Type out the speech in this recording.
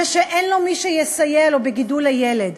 זה שאין לו מי שיסייע לו בגידול הילד,